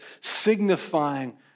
signifying